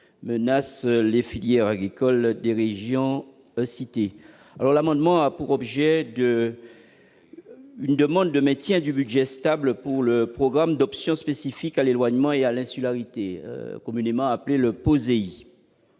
menace les filières agricoles des RUP. Par cet amendement, il s'agit de demander le maintien d'un budget stable pour le programme d'options spécifiques à l'éloignement et à l'insularité, communément appelé le POSEI,